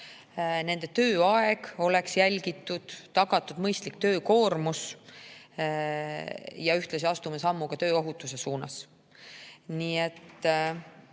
nende tööaeg oleks jälgitud ja tagatud mõistlik töökoormus, ning ühtlasi astume sammu ka tööohutuse suunas.